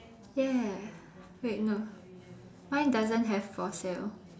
ya wait no mine doesn't have for sale